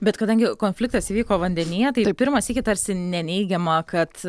bet kadangi konfliktas įvyko vandenyje tai pirmą sykį tarsi neneigiama kad